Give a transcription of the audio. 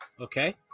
Okay